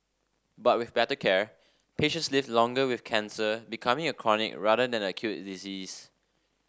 but with better care patients live longer with cancer becoming a chronic rather than acute disease